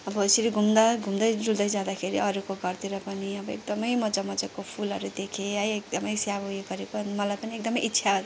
अब यसरी घुम्दा घुम्दै डुल्दै जाँदाखेरि अरूको घरतिर पनि अब एकदमै मज्जा मज्जाको फुलहरू देखेँ है एकदमै स्याहारेको उयो गरेको अनि मलाई पनि एकदमै इच्छा